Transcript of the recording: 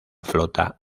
flota